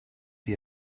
die